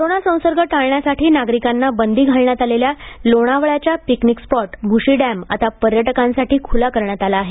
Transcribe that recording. corona संसर्ग टाळण्यासाठी नागरिकांना बंदी घालण्यात आलेला लोणावळ्याचा पिकनिक स्पॉट भ्शी डॅम आता पर्यटकांसाठी खुला करण्यात आला आहे